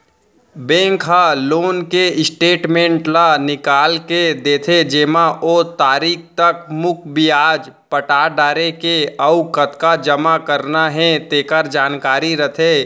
bank ह loan के statement ल निकाल के देथे जेमा ओ तारीख तक मूर, बियाज पटा डारे हे अउ कतका जमा करना हे तेकर जानकारी रथे